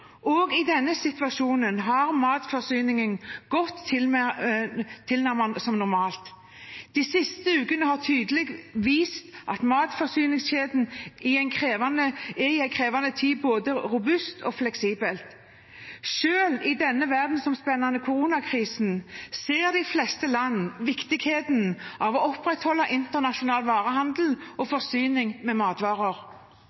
i denne situasjonen har matforsyningen gått tilnærmet som normalt. De siste ukene har tydelig vist at matforsyningskjeden i en krevende tid er både robust og fleksibel. Selv i denne verdensomspennende koronakrisen ser de fleste land viktigheten av å opprettholde internasjonal varehandel og